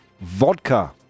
vodka